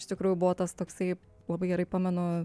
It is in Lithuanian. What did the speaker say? iš tikrųjų buvo tas toksai labai gerai pamenu